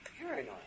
paranoid